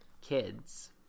kids